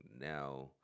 now